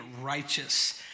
righteous